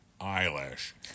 eyelash